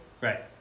Right